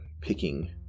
picking